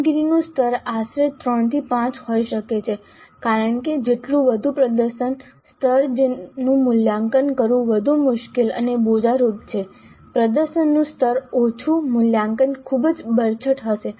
કામગીરીનું સ્તર આશરે 3 થી 5 હોઈ શકે છે કારણ કે જેટલું વધુ પ્રદર્શન સ્તર તેનું મૂલ્યાંકન કરવું વધુ મુશ્કેલ અને બોજારૂપ છે પ્રદર્શનનું સ્તર ઓછું મૂલ્યાંકન ખૂબ જ બરછટ હશે